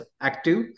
active